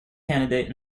candidate